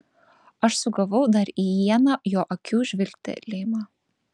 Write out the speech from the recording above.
aš sugavau dar į ieną jo akių žvilgtelėjimą